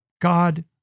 God